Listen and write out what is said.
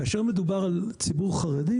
כאשר מדובר על ציבור חרדי,